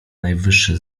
najwyższe